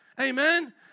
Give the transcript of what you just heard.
Amen